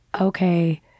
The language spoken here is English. okay